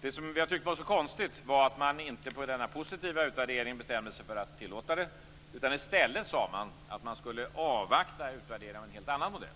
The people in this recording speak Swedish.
Det vi har tyckt är så konstigt är att man inte efter denna positiva utvärdering bestämde sig för att tillåta detta. I stället sade man att man skulle avvakta utvärderingen av en helt annan modell,